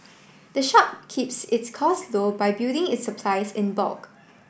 the shop keeps its costs low by building its supplies in bulk